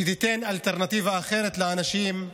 שתיתן אלטרנטיבה לאנשים,